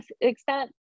extent